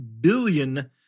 billion